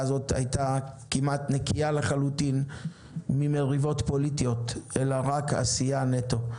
הזאת היתה כמעט נקייה לחלוטין ממריבות פוליטיות אלא רק עשייה נטו.